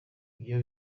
ibyo